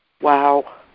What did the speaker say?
Wow